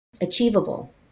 achievable